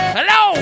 Hello